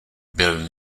byl